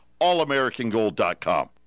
allamericangold.com